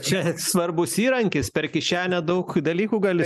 čia svarbus įrankis per kišenę daug dalykų gali